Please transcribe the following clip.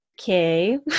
Okay